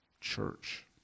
church